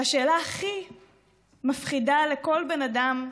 והשאלה הכי מפחידה לכל בן אדם,